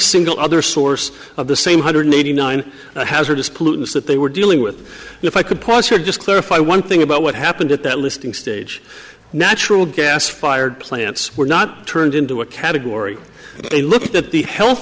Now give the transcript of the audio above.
single other source of the same hundred eighty nine hazardous pollutants that they were dealing with if i could post here just clarify one thing about what happened at that listing stage natural gas fired plants were not turned into a category they looked at the health